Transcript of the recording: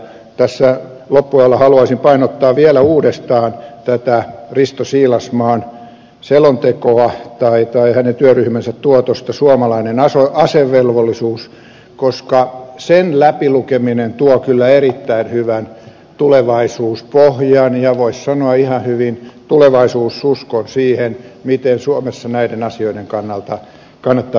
tässä loppuajalla haluaisin painottaa vielä uudestaan tätä risto siilasmaan selontekoa tai hänen työryhmänsä tuotosta suomalainen asevelvollisuus koska sen läpi lukeminen tuo kyllä erittäin hyvän tulevaisuuspohjan ja voisi sanoa ihan hyvin tulevaisuususkon siihen miten suomessa näiden asioiden kannalta kannattaa mennä eteenpäin